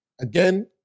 Again